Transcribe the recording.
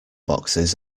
boxes